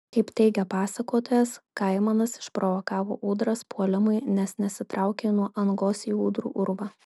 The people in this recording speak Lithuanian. kaip teigia pasakotojas kaimanas išprovokavo ūdras puolimui nes nesitraukė nuo angos į ūdrų urvą